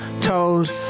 told